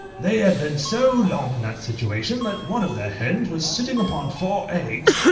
they had been so long in that situation, that one of the hens was sitting upon four eggs,